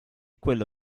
quella